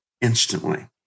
instantly